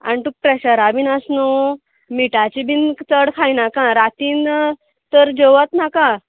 आनी तुका प्रेशरा बीन आसा न्हू मिठाचें बीन चड खायनाका रातीन तर जेवच नाका